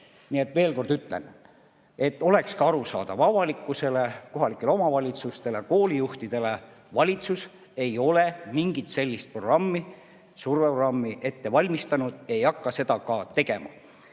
Nii et veel kord ütlen, et oleks arusaadav avalikkusele, kohalikele omavalitsustele, koolijuhtidele: valitsus ei ole mingit sellist programmi, surveprogrammi ette valmistanud, ei hakka seda ka tegema.